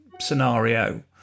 scenario